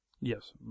yes